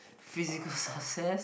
physical success